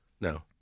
no